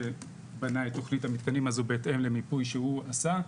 שבנה את תכנית המתקנים הזו בהתאם למיפוי שהוא עשה.